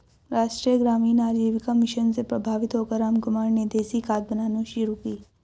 राष्ट्रीय ग्रामीण आजीविका मिशन से प्रभावित होकर रामकुमार ने देसी खाद बनानी शुरू की